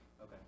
Okay